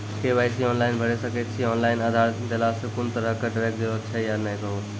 KYC online भैरि सकैत छी, ऑनलाइन आधार देलासॅ कुनू तरहक डरैक जरूरत छै या नै कहू?